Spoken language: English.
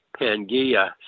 Pangaea